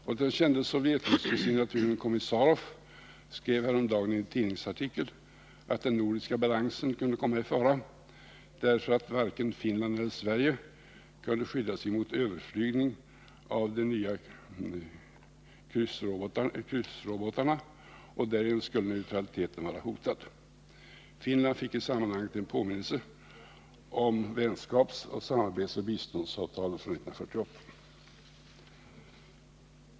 Och den kände sovjetryske signaturen Kommissarov skrev häromdagen i en tidningsartikel att den nordiska balansen kunde komma i fara därför att varken Finland eller Sverige kunde skydda sig mot överflygning av de nya kryssrobotarna, och därigenom skulle neutraliteten vara hotad. Finland fick i sammanhanget en påminnelse om vänskaps-, samarbetsoch biståndsavtalen från 1948.